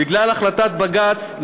בגלל החלטת בג"ץ,